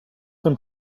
been